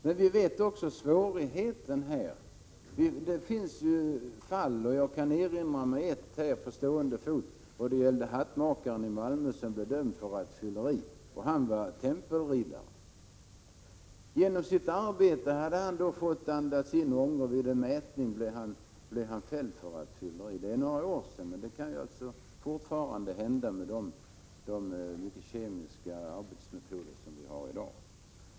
Men vi vet att det också finns svårigheter här. På stående fot erinrar jag mig ett fall, nämligen hattmakaren i Malmö som blev dömd för rattfylleri. Han var tempelriddare, men i sitt arbete hade han = Prot. 1986/87:114 andats in giftiga ångor, och vid en mätning blev han fälld för rattfylleri. Detär 30 april 1987 några år sedan, men det kan fortfarande hända med de kemikalier som ingår i många arbetsmetoder.